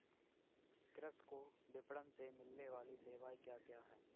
कृषि को विपणन से मिलने वाली सेवाएँ क्या क्या है